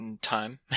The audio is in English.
time